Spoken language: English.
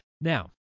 now